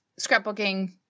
scrapbooking